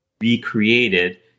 recreated